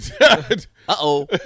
Uh-oh